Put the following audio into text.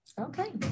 Okay